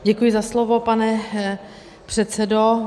Děkuji za slovo, pane předsedo.